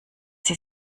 sie